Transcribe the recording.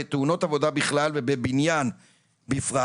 בתאונות עבודה בכלל ובבניין בפרט,